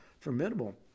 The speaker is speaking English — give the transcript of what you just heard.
Formidable